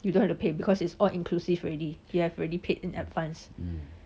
you don't have to pay because it's all inclusive already you have already paid in advance